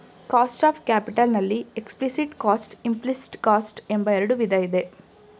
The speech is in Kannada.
ಕಾಸ್ಟ್ ಆಫ್ ಕ್ಯಾಪಿಟಲ್ ನಲ್ಲಿ ಎಕ್ಸ್ಪ್ಲಿಸಿಟ್ ಕಾಸ್ಟ್, ಇಂಪ್ಲೀಸ್ಟ್ ಕಾಸ್ಟ್ ಎಂಬ ಎರಡು ವಿಧ ಇದೆ